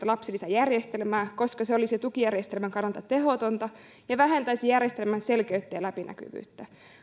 lapsilisäjärjestelmää koska se olisi tukijärjestelmän kannalta tehotonta ja vähentäisi järjestelmän selkeyttä ja läpinäkyvyyttä